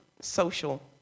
social